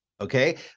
Okay